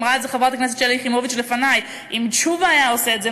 ואמרה את זה חברת הכנסת שלי יחימוביץ לפני: אם תשובה היה עושה את זה,